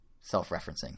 self-referencing